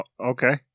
okay